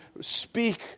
speak